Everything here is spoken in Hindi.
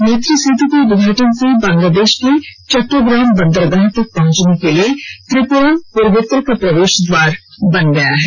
मैत्री सेतु के उद्घाटन से बंगलादेश के चट्टोग्राम बंदरगाह तक पहुंचने के लिए त्रिपुरा पूर्वोत्तर का प्रवेश द्वार बन गया है